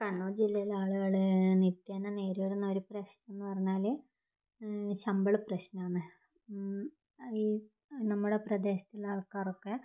കണ്ണൂർ ജില്ലയിലെ ആളുകൾ നിത്യേന നേരിടുന്ന ഒരു പ്രശ്നമെന്ന് പറഞ്ഞാൽ ശമ്പള പ്രശ്നമാണ് ഈ നമ്മുടെ പ്രദേശത്തുള്ള ആൾക്കാറൊക്കെ